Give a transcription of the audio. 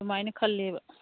ꯑꯗꯨꯃꯥꯏꯅ ꯈꯜꯂꯦꯕ